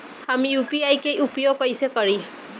हम यू.पी.आई के उपयोग कइसे करी?